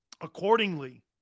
accordingly